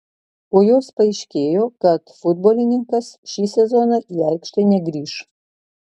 po jos paaiškėjo kad futbolininkas šį sezoną į aikštę negrįš